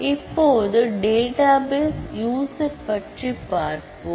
இப்போது database user பற்றி பார்ப்போம்